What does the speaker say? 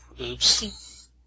Oops